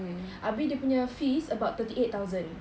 abeh dia punya fees about thirty eight thousand